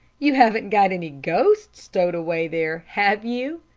you haven't got any ghosts stowed away there, have you?